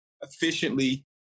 efficiently